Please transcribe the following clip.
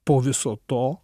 po viso to